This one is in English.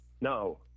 no